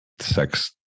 sex